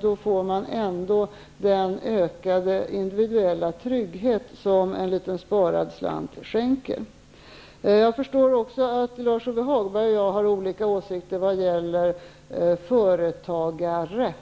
Då får man den ökade individuella trygghet som en liten sparad slant skänker. Jag förstår också att Lars-Ove Hagberg och jag har olika åsikter om företagare.